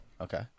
Okay